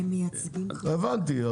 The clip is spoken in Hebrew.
הבנתי.